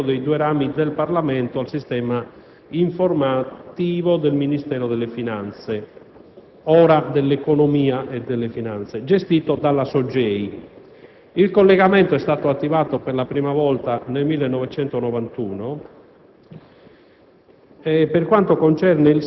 del 1988, fu prevista l'attivazione di un collegamento dei due rami del Parlamento al sistema informativo del Ministero delle finanze (ora dell'economia e delle finanze) gestito dalla SOGEI.